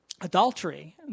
Adultery